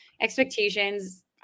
expectations –